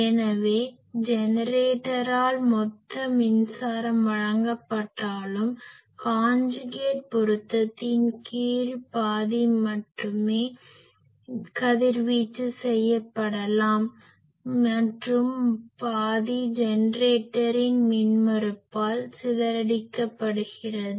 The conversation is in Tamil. எனவே ஜெனரேட்டரால் மொத்த மின்சாரம் வழங்கப்பட்டாலும் காஞ்சுகேட் பொருத்தத்தின் கீழ் பாதி மட்டுமே கதிர்வீச்சு செய்யப்படலாம் மற்றும் பாதி ஜெனரேட்டரின் மின்மறுப்பால் சிதறடிக்கப்படுகிறது